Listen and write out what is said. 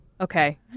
Okay